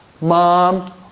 mom